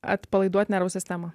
atpalaiduot nervų sistemą